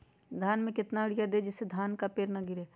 धान में कितना यूरिया दे जिससे धान का पेड़ ना गिरे?